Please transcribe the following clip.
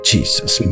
Jesus